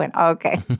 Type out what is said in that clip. Okay